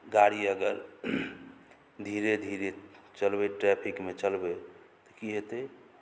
गाड़ी अगर धीरे धीरे चलेबै ट्रैफिकमे चलेबै तऽ की हेतै